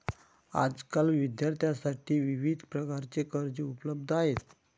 आजकाल विद्यार्थ्यांसाठी विविध प्रकारची कर्जे उपलब्ध आहेत